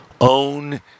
own